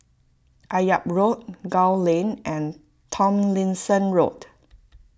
Akyab Road Gul Lane and Tomlinson Road